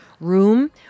room